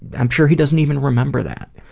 i'm sure he doesn't even remember that,